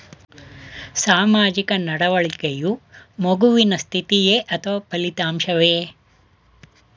ಸಾಮಾಜಿಕ ನಡವಳಿಕೆಯು ಮಗುವಿನ ಸ್ಥಿತಿಯೇ ಅಥವಾ ಫಲಿತಾಂಶವೇ?